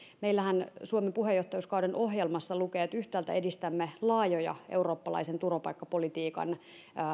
meillähän suomen puheenjohtajuuskauden ohjelmassa lukee että yhtäältä edistämme laajoja eurooppalaisen turvapaikkapolitiikan